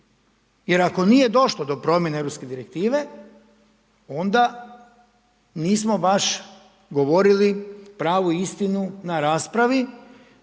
Jer ako nije došlo do promjene europske direktive, onda nismo baš govorili pravu istinu na raspravi